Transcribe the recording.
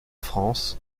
france